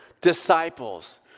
Disciples